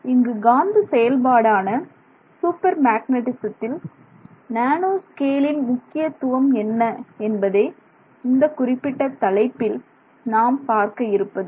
எனவே இங்கு காந்த செயல்பாடு ஆன சூப்பர் மேக்னெட்டிசத்தில் நேனோ ஸ்கேலின் முக்கியத்துவம் என்ன என்பதே இந்த குறிப்பிட்ட தலைப்பில் நாம் பார்க்க இருப்பது